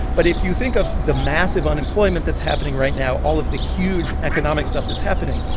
but if you think of the massive unemployment that's happening right now, all of the huge economic stuff that's happening,